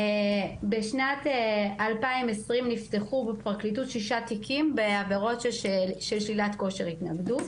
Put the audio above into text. בשנת 2020 נפתחו בפרקליטות שישה תיקים בעבירות של שלילת כושר התנגדות,